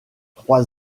trois